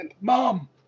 Mom